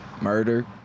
Murder